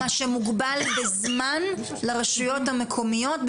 מה שמוגבל בזמן לרשויות מקומיות,